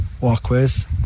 walkways